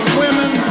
women